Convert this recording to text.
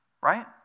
right